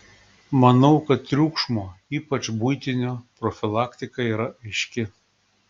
manau kad triukšmo ypač buitinio profilaktika yra aiški